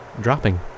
dropping